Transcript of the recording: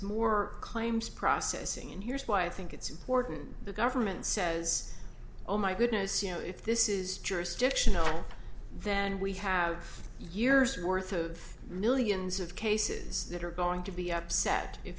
more claims processing and here's why i think it's important the government says oh my goodness you know if this is jurisdictional then we have years worth of millions of cases that are going to be upset if